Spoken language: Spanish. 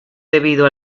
debido